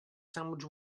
sandwich